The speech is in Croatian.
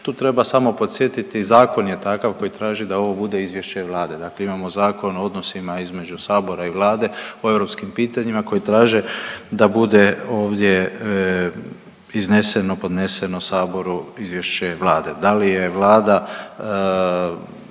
tu treba samo podsjetiti zakon je takav koji traži da ovo bude izvješće Vlade. Dakle, imamo Zakon o odnosima između Sabora i Vlade o europskim pitanjima koji traže da bude ovdje izneseno, podneseno Saboru izvješće Vlade. Da li je Vlada